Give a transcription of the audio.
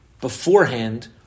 beforehand